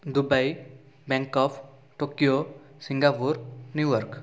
Dubai Bangkok Tokyo Singapore New York